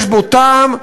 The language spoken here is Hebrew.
יש בו טעם,